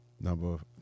Number